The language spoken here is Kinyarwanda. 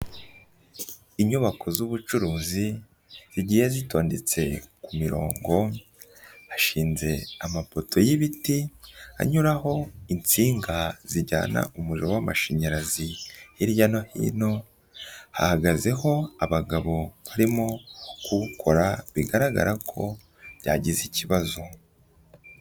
Inyubako z'ubucuruzi zigiye zitondetse ku mirongo, hashinze amapoto y'ibiti anyuraho insinga zijyana umuriro w'amashanyarazi hirya no hino, hahagazeho abagabo barimo kuwukora, bigaragara ko byagize ikibazo.